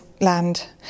land